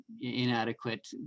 inadequate